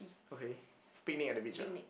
okay picnic at the beach ah